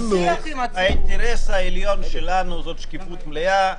האינטרס העליון שלנו זה שקיפות מלאה.